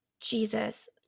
Jesus